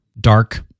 dark